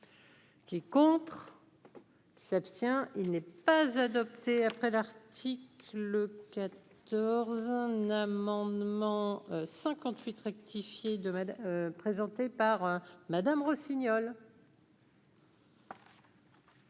Qui est contre. S'abstient, il n'est pas adopté après article le. 14 un amendement 58 rectifié de présenté par Madame Rossignol.